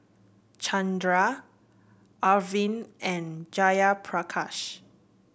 Chandra Arvind and Jayaprakash